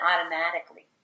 automatically